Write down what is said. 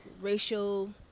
racial